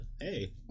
Hey